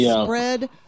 spread